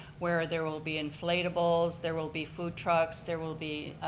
where there will be inflatables, there will be food trucks, there will be